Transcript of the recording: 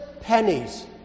pennies